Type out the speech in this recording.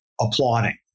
applauding